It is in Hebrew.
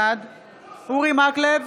בעד אורי מקלב,